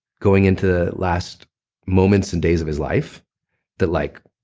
going into the last moments and days of his life that like